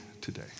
today